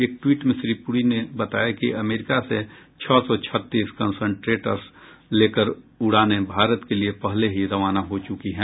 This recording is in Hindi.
एक ट्वीट में श्री प्री ने बताया कि अमरीका से छह सौ छत्तीस कंसनट्रेटर्स लेकर उड़ानें भारत के लिए पहले ही रवाना हो चुकी हैं